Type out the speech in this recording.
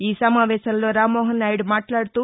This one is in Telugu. ఈ సమావేశంలో రామ్మోహన్ నాయుడు మాట్లాడుతూ